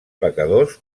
pecadors